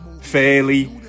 Fairly